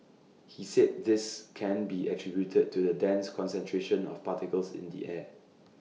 he said this can be attributed to the dense concentration of particles in the air